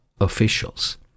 officials